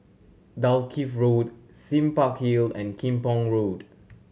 Dalkeith Road Sime Park Hill and Kim Pong Road